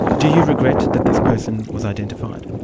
do you regret that this person was identified?